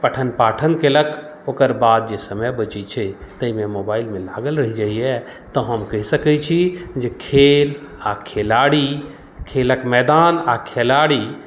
पठन पाठन केलक ओकर बाद जे समय बचै छै ताहिमे मोबाइलमे लागल रहि जाइया तऽ हम कहि सकै छी जे खेल आ खेलाड़ी खेलक मैदान आ खेलाड़ी